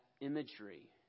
imagery